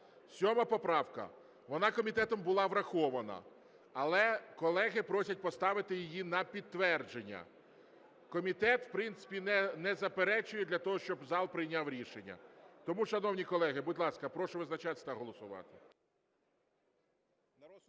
7 поправка. Вона комітетом була врахована. Але колеги просять поставити її на підтвердження. Комітет в принципі не заперечує для того, щоб зал прийняв рішення. Тому, шановні колеги, будь ласка, прошу визначатися та голосувати.